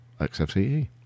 XFCE